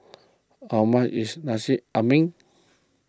how much is Nasi Ambeng